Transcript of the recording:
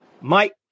Mike